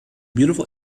beautiful